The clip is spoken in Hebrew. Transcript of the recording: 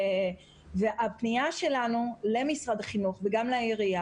הפנייה שלנו למשרד החינוך, וגם לעירייה